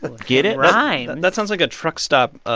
ah get it? rhymes and that sounds like a truck stop, ah